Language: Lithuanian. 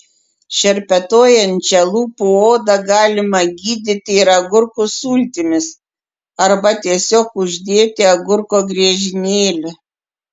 šerpetojančią lūpų odą galima gydyti ir agurkų sultimis arba tiesiog uždėti agurko griežinėlį